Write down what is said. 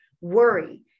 worry